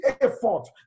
effort